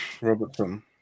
Robertson